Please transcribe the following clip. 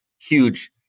huge